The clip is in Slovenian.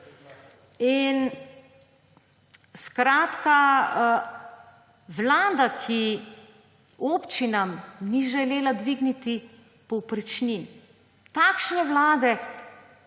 Skratka vlada, ki občinam ni želela dvigniti povprečnin, takšne vlade